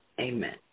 Amen